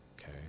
okay